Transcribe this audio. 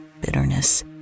bitterness